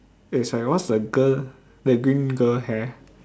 eh sorry what's the girl that green girl hair